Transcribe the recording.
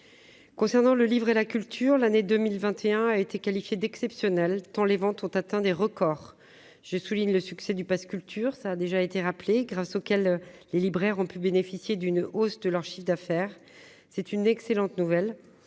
concernant le livre et la culture, l'année 2021 a été qualifié d'exceptionnel, tant les ventes ont atteint des records, je souligne le succès du Pass culture ça a déjà été rappelé grâce auquel les libraires ont pu bénéficier d'une hausse de leur chiffre d'affaires, c'est une excellente nouvelle,